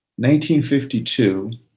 1952